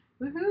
Woohoo